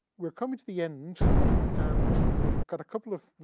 we're coming to the end and we've got a couple of.